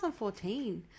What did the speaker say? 2014